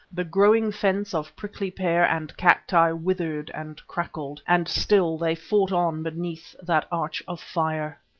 the growing fence of prickly pear and cacti withered and crackled, and still they fought on beneath that arch of fire.